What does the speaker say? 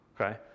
okay